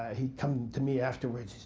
he'd come to me afterwards.